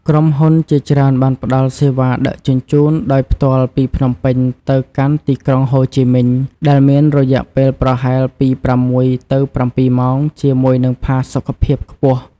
ក្រុមហ៊ុនជាច្រើនបានផ្តល់សេវាដឹកជញ្ជូនដោយផ្ទាល់ពីភ្នំពេញទៅកាន់ទីក្រុងហូជីមិញ ដែលមានរយៈពេលប្រហែលពី៦ទៅ៧ម៉ោងជាមួយនឹងផាសុកភាពខ្ពស់។